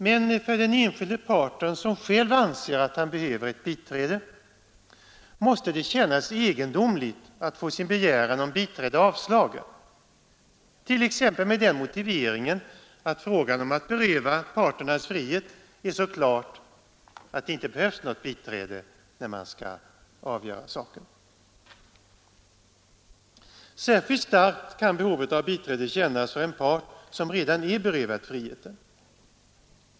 Men för den enskilde parten, som själv anser att han behöver ett biträde, måste det kännas egendomligt att få begäran om biträde avslagen, t.ex. med den motiveringen att frågan om att beröva parten hans frihet är så klar att det inte behövs något biträde när man skall avgöra saken. Särskilt starkt kan behovet av biträde kännas för en part som redan är berövad friheten.